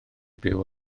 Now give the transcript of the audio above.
byw